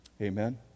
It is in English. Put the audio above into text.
Amen